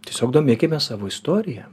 tiesiog domėkimės savo istorija